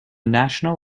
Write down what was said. national